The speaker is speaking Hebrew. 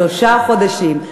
שלושה חודשים.